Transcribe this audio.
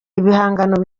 ibihangano